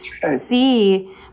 see